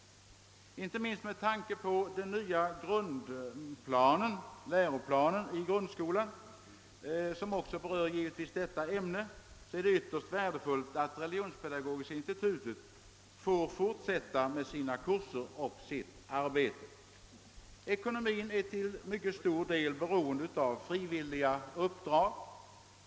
Inte minst med tanke på den nya läroplanen i grundskolan, som givetvis också berör detta ämne, är det ytterst värdefullt att Religionspedagogiska institutet får fortsätta med sina kurser och sitt arbete. Ekonomin är till stor del beroende av frivilliga insatser.